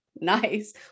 Nice